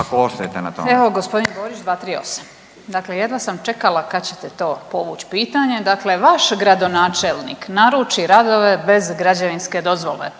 ako ostajete na tome. **Puljak, Marijana (Centar)** Evo, gospodin Borić 238., dakle jedva sam čekala kad ćete to povući pitanje. Dakle, vaš gradonačelnik naruči radove bez građevinske dozvole.